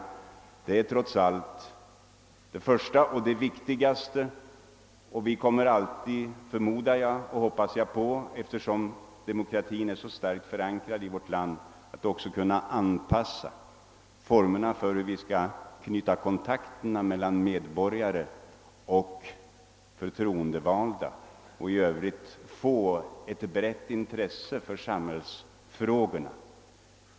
Det är trots allt det viktigaste, och vi kommer alltid — förmodar jag och hoppas jag, eftersom demokratin är så starkt förankrad i vårt land — ha viljan att finna formerna för hur vi skall knyta kontakter mellan medborgare och förtroendevalda och i övrigt få ett brett intresse för samhällsfrågorna.